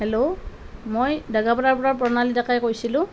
hello মই ডগাপাৰাৰ পৰা প্ৰণালী ডেকাই কৈছিলোঁ